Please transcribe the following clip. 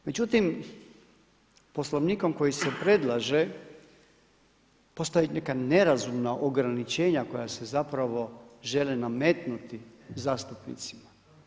Međutim, Poslovnikom koji se predlaže postaju neka nerazumna ograničenja koja se zapravo žele nametnuti zastupnicima.